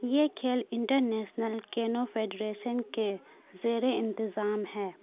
یہ کھیل international canoe federation کے زیر انتظام ہے